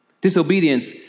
Disobedience